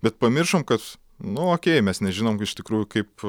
bet pamiršom kad nu okei mes nežinom iš tikrųjų kaip